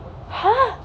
!huh!